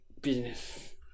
business